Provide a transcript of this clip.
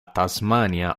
tasmania